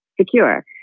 secure